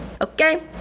okay